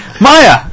Maya